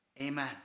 Amen